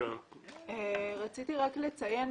רציתי רק לציין,